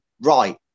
right